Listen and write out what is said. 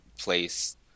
place